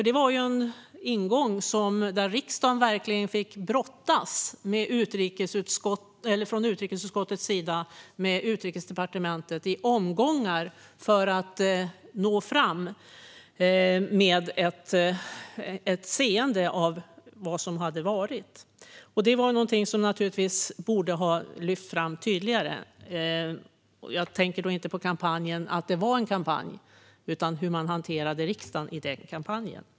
Det var en fråga där utrikesutskottet i omgångar fick brottas med Utrikesdepartementet för att se vad som hade förevarit. Den frågan borde naturligtvis ha lyfts fram tydligare. Jag tänker inte på att det var fråga om en kampanj utan på hur man hanterade riksdagen i kampanjen.